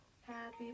Happy